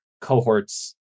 cohorts